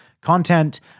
content